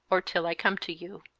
or till i come to you.